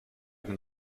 den